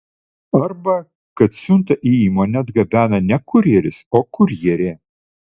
arba kad siuntą į įmonę atgabena ne kurjeris o kurjerė